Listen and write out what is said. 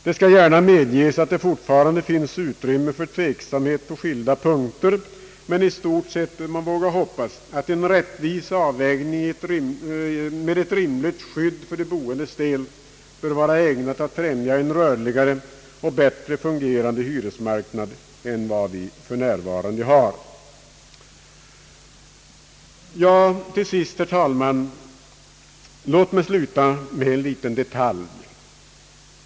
Jag medger gärna att det fortfarande finns utrymme för tveksamhet på skilda punkter, men i stort sett kan man våga hoppas att en rättvis avvägning med ett rimligt skydd för de boendes del skulle vara ägnad att främja en rörligare och bättre fungerande hyresmarknad än vi för närvarande har. Låt mig till sist ta upp en detaljfrå ga, herr talman.